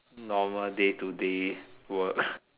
normal day to day work